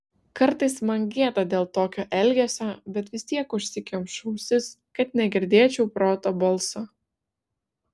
kartais man gėda dėl tokio elgesio bet vis tiek užsikemšu ausis kad negirdėčiau proto balso